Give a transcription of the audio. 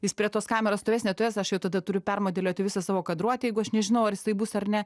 jis prie tos kameros stovės nestovės aš jau tada turiu permodeliuoti visą savo kadruotę jeigu aš nežinau ar jisai bus ar ne